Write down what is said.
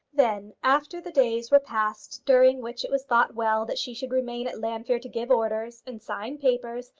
then, after the days were past during which it was thought well that she should remain at llanfeare to give orders, and sign papers,